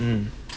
mm